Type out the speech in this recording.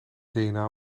dna